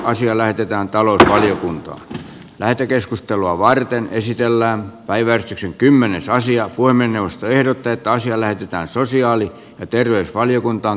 asia lähetetään talon kuntoa lähetekeskustelua varten esitellään päiväksi kymmenessä asia voi mennä ehdotetaan siellä pitää sosiaali ja terveysvaliokuntaan